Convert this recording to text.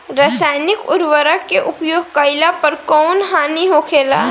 रसायनिक उर्वरक के उपयोग कइला पर कउन हानि होखेला?